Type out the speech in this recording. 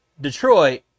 Detroit